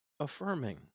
Affirming